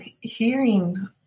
hearing